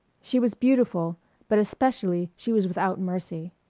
she was beautiful but especially she was without mercy.